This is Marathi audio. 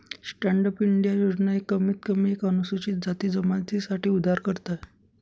स्टैंडअप इंडिया योजना ही कमीत कमी एक अनुसूचित जाती जमाती साठी उधारकर्ता आहे